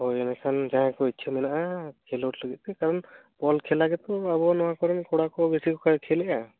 ᱦᱳᱭ ᱤᱱᱟᱹ ᱠᱷᱟᱱ ᱡᱟᱦᱟᱭ ᱠᱚ ᱤᱪᱪᱷᱟᱹ ᱢᱮᱱᱟᱜᱼᱟ ᱠᱷᱮᱞᱚᱰ ᱛᱮᱠᱷᱟᱱ ᱵᱚᱞ ᱠᱷᱮᱞᱟ ᱜᱮᱛᱚ ᱟᱵᱚ ᱱᱚᱣᱟ ᱠᱚᱨᱮᱱ ᱠᱚᱲᱟ ᱠᱚ ᱵᱤᱥᱤ ᱠᱚ ᱠᱷᱮᱞᱮᱜᱟ